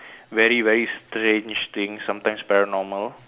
very very strange things sometimes paranormal